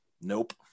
nope